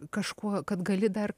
kažkuo kad gali dar